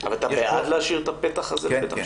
אבל אתה בעד להשאיר את הפתח הזה לבית המשפט?